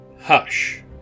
Hush